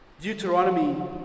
Deuteronomy